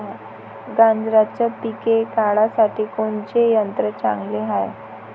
गांजराचं पिके काढासाठी कोनचे यंत्र चांगले हाय?